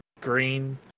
Green